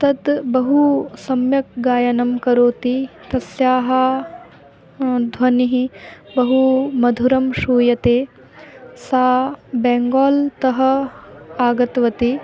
तत् बहु सम्यक् गायनं करोति तस्याः ध्वनिः बहु मधुरं श्रूयते सा बेङ्गाल्तः आगतवती